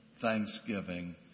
Thanksgiving